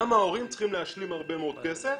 גם ההורים צריכים להשלים הרבה מאוד כסף.